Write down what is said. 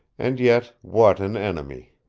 and yet what an enemy!